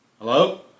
Hello